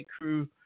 crew